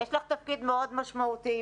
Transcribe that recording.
יש לך תפקיד משמעותי מאוד,